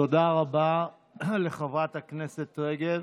תודה רבה לחברת הכנסת רגב.